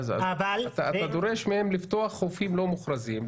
אז אתה דורש מהם לפתוח חופים לא-מוכרזים,